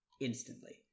instantly